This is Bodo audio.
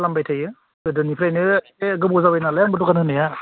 खालामबाय थायो गोदोनिफ्रायनो बे गोबाव जाबाय नालाय आंबो दकान होनाया